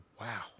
wow